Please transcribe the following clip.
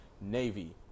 Navy